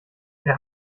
der